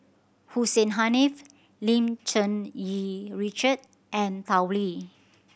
Hussein Haniff Lim Cherng Yih Richard and Tao Li